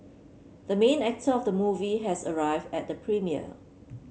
the main actor of the movie has arrived at the premiere